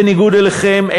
בניגוד אליכם,